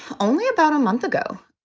only about a month ago